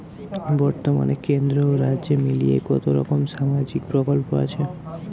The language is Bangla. বতর্মানে কেন্দ্র ও রাজ্য মিলিয়ে কতরকম সামাজিক প্রকল্প আছে?